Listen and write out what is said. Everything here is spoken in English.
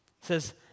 says